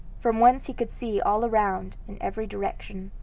from whence he could see all around in every direction.